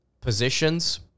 positions